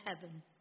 heaven